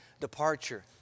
departure